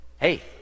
Hey